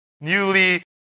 newly